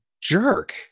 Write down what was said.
jerk